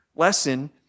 Lesson